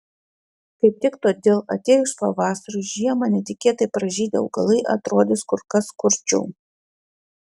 kaip tik todėl atėjus pavasariui žiemą netikėtai pražydę augalai atrodys kur kas skurdžiau